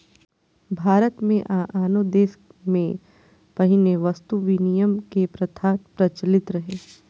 भारत मे आ आनो देश मे पहिने वस्तु विनिमय के प्रथा प्रचलित रहै